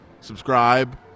subscribe